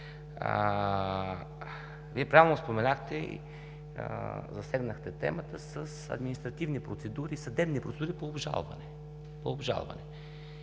Вие правилно споменахте и засегнахте темата с административни процедури, съдебни процедури по обжалване.